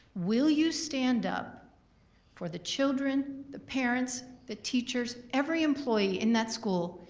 will you stand up for the children, the parents, the teachers, every employee in that school,